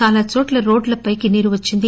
చాలా చోట్ల రోడ్లపైకి నీరు వచ్చింది